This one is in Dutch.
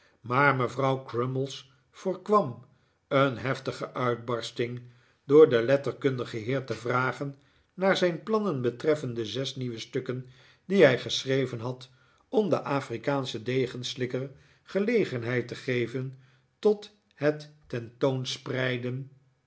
maar mevrbuw crummies voorkwam een heftige uitbarsting door den letterkundigen heer te vragen naar zijn plannen betreffende zes nieuwe stukken die hij geschreven had om den afrikaanschen degenslikker gelegenheid te geven tot het tentoonspreiden